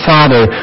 Father